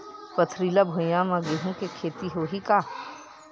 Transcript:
पथरिला भुइयां म गेहूं के खेती होही का?